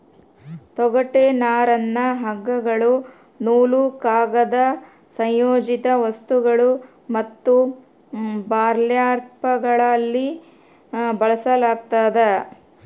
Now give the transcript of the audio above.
ತೊಗಟೆ ನರನ್ನ ಹಗ್ಗಗಳು ನೂಲು ಕಾಗದ ಸಂಯೋಜಿತ ವಸ್ತುಗಳು ಮತ್ತು ಬರ್ಲ್ಯಾಪ್ಗಳಲ್ಲಿ ಬಳಸಲಾಗ್ತದ